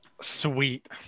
Sweet